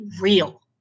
real